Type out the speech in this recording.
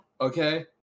Okay